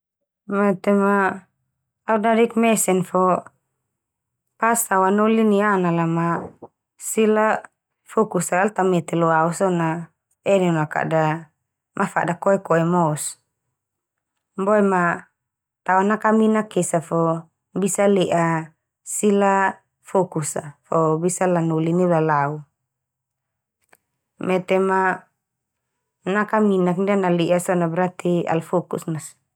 Mete ma au dadik mesen fo pas au anoli niana la ma sila fokus a al ta mete lo au so na, enon na kada mafada koe koe mos. Boe ma tao nakaminak esa fo bisa le'a sila fokus a fo bisa lanoli neulalau. Mete ma nakaminak ndia nale'a so na berarti ala fokus ndia so.